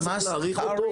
אז צריך להאריך אותו?